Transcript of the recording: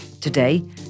Today